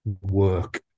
work